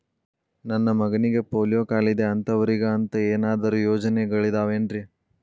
ನನ್ನ ಮಗನಿಗ ಪೋಲಿಯೋ ಕಾಲಿದೆ ಅಂತವರಿಗ ಅಂತ ಏನಾದರೂ ಯೋಜನೆಗಳಿದಾವೇನ್ರಿ?